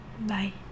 bye